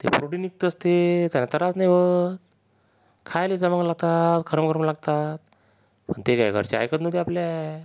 ते प्रोटीनयुक्त असते त्यानं त्रास नाही होत खायला जमावं लागतात खरंमुरम लागतात ते काय घरचे ऐकत नव्हते आपल्या